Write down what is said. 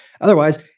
Otherwise